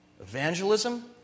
evangelism